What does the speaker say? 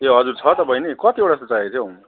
ए हजुर छ त बहिनी कतिओटा जस्तो चाहिएको थियो